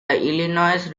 illinois